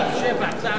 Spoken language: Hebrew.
לשנת הכספים